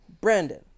brandon